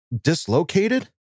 dislocated